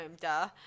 duh